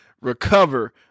recover